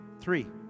Three